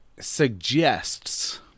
suggests